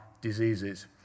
diseases